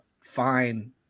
fine